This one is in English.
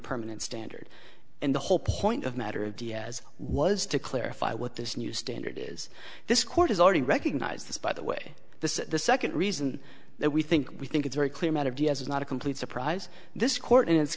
permanent standard and the whole point of matter of diaz was to clarify what this new standard is this court has already recognized this by the way this is the second reason that we think we think it's very clear matter vs is not a complete surprise this court and it